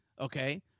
Okay